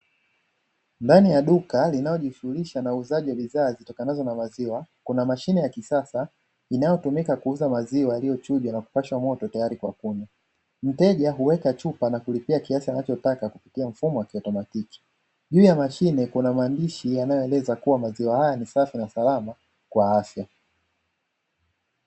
Ndani ya duka linalojishughulisha na uuzaji wa bidhaa zitokanazo na maziwankuna mashine ya kisasa inayotumika kuuza maziwa yaliyochujwa na kupashwa moto tayari kwa kunywa, mteja huweka pesa na kulipia kiasi anachotaka kupitia mfumo wa kiautomatiki, juu ya mashine kuna maandishi yanayoeleza kuwa maziwa haya ni safi na salama kwa afya.